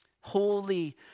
Holy